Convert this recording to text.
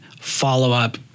follow-up